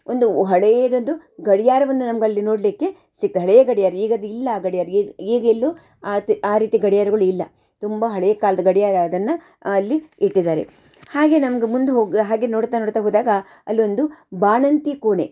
ಒಂದು ಹಳೇದೊಂದು ಗಡಿಯಾರವನ್ನು ನಮಗಲ್ಲಿ ನೋಡಲಿಕ್ಕೆ ಸಿಕ್ತದೆ ಹಳೇ ಗಡಿಯಾರ ಈಗದು ಇಲ್ಲ ಆ ಗಡಿಯಾರ ಈಗ ಈಗೆಲ್ಲೂ ಆ ತಿ ಆ ರೀತಿ ಗಡಿಯಾರಗಳ್ ಇಲ್ಲ ತುಂಬ ಹಳೇ ಕಾಲ್ದ ಗಡಿಯಾರ ಅದನ್ನು ಅಲ್ಲಿ ಇಟ್ಟಿದ್ದಾರೆ ಹಾಗೇ ನಮ್ಗೆ ಮುಂದೆ ಹೋಗಿ ಹಾಗೇ ನೋಡ್ತಾ ನೋಡ್ತಾ ಹೋದಾಗ ಅಲ್ಲೊಂದು ಬಾಣಂತಿ ಕೋಣೆ